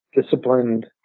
disciplined